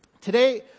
Today